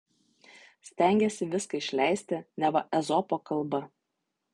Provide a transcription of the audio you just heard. stengėsi viską išleisti neva ezopo kalba